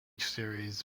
series